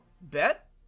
bet